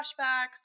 flashbacks